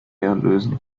lösen